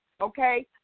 Okay